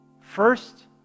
First